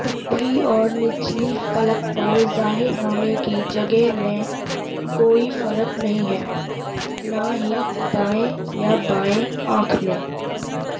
اوپری اور نچلی پلک پر ظاہر ہونے کی جگہ میں کوئی فرق نہیں ہے نہ ہی دائیں یا بائیں آنکھ میں